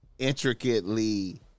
intricately